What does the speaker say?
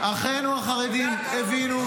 -- אחינו החרדים הבינו שצריך להתגייס.